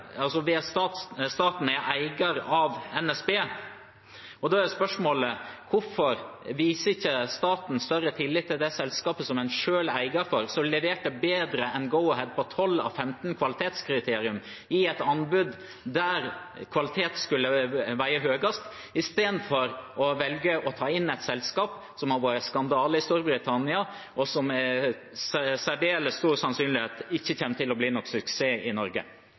av NSB, og da er spørsmålet: Hvorfor viser ikke staten større tillit til det selskapet en selv er eier av, og som leverte bedre enn Go-Ahead på 12 av 15 kvalitetskriterier i et anbud der kvalitet skulle veie tyngst, istedenfor å velge å ta inn et selskap som har vært en skandale i Storbritannia, og som med særdeles stor sannsynlighet ikke kommer til å bli noen suksess i Norge?